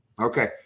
Okay